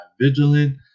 vigilant